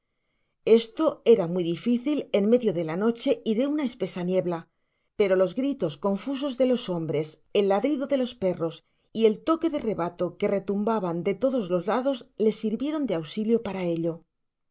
esto era muy dificil en medio de la noche y de una espesa niebla pero los gritos confusos de los hombres el ladrido de los perros y el toque de rebato que retumbaban de todos lados le sirvieron de ausilio para ello